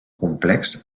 complex